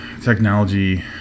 technology